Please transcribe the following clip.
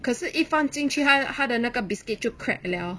可是一放进去他的他的那个 bisuit 就 crack liao